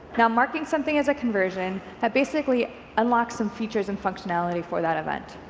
and marking something as a conversion, basically unlocks some features and functionality for that event.